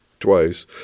twice